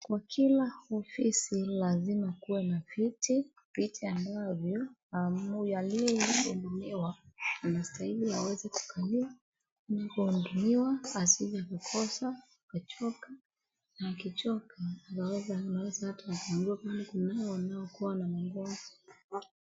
kwa kila ofisi lazima kuwe na viti , viti ambavyo aliyehudumiwa anastahili aweze kukalia asije kukosa kuchoka na akichoka anaweza kua wale ambao wanakuwa na magonjwa